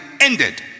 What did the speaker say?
ended